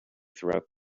throughout